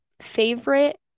favorite